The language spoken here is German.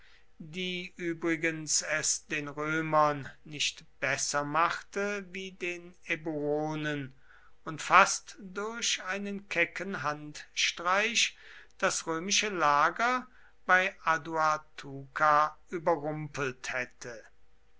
die übrigens es den römern nicht besser machte wie den eburonen und fast durch einen kecken handstreich das römische lager bei aduatuca überrumpelt hätte